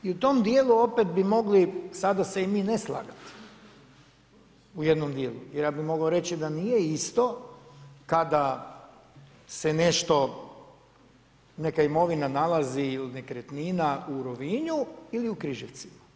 I u tom dijelu opet bi mogli sada se mi i ne slagati u jednom dijelu, jer ja bih mogao reći da nije isto kada se nešto, neka imovina nalazi ili nekretnina u Rovinju ili u Križevcima.